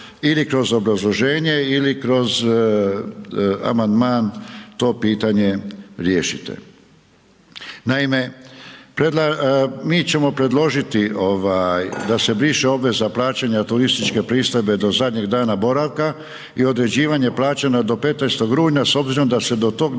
ili kroz obrazloženje ili kroz amandman to pitanje riješite. Naime, mi ćemo predložiti ovaj da se briše obveza plaćanja turističke pristojbe do zadnjeg dana boravka i određivanje plaćanja do 15. rujna s obzirom da se do tog